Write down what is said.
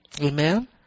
Amen